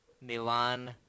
Milan